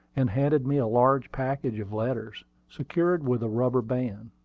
and handed me a large package of letters, secured with a rubber band.